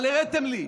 אבל הראיתם לי,